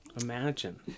Imagine